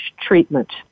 treatment